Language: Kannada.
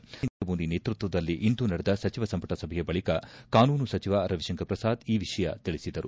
ಪ್ರಧಾನಿ ನರೇಂದ್ರ ಮೋದಿ ನೇತೃತ್ವದಲ್ಲಿ ಇಂದು ನಡೆದ ಸಚಿವ ಸಂಪುಟ ಸಭೆಯ ಬಳಿಕ ಕಾನೂನು ಸಚಿವ ರವಿಶಂಕರ್ ಪ್ರಸಾದ್ ಈ ವಿಷಯ ತಿಳಿಸಿದರು